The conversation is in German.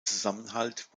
zusammenhalt